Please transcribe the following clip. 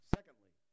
Secondly